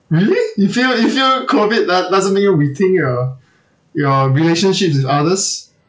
really you feel you feel COVID doe~ doesn't make you rethink your your relationships with others